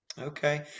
okay